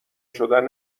شدن